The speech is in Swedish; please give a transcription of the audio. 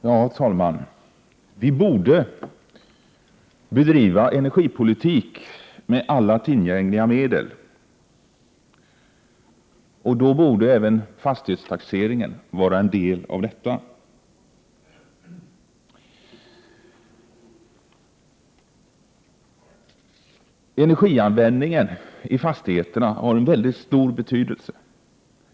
Herr talman! Vi borde bedriva energipolitik med alla tillgängliga medel, och då borde även fastighetstaxeringen vara ett av dessa. Energianvändningen i fastigheterna är av mycket stor betydelse.